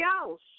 else